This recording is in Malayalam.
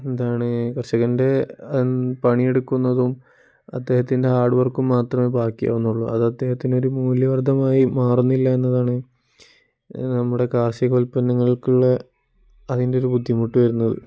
എന്താണ് കർഷകൻ്റെ പണിയെടുക്കുന്നതും അദ്ദേഹത്തിൻ്റെ ഹാർഡ് വർക്കും മാത്രമേ ബാക്കിയാവുന്നുള്ളു അത് അദ്ദേഹത്തിനൊരു മൂല്യവർദ്ധനമായി മാറുന്നില്ല എന്നതാണ് നമ്മുടെ കാർഷികോൽപ്പന്നങ്ങൾക്കുള്ള അതിൻ്റെയൊരു ബുദ്ധിമുട്ട് വരുന്നത്